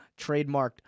trademarked